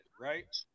right